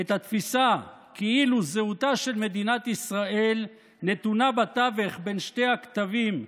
את התפיסה כאילו זהותה של מדינת ישראל נתונה בתווך בין שני הקטבים,